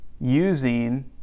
using